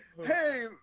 hey